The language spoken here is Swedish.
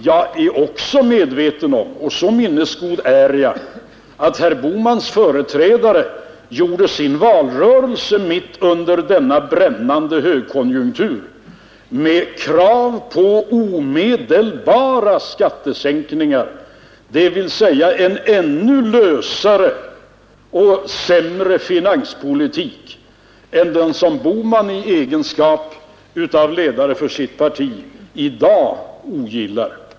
Jag är så minnesgod att jag är medveten om att herr Bohmans företrädare gjorde sin valrörelse mitt under denna brännande högkon junktur med krav på omedelbara skattesänkningar, dvs. en ännu lösare och sämre finanspolitik än den som herr Bohman i egenskap av ledare för sitt parti i dag ogillar.